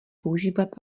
používat